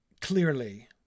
clearly